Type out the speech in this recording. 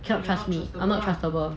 cannot trust me I'm not trustable